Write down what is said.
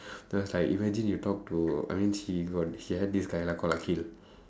cause like imagine you talk to I mean she got she had this guy lah called akhil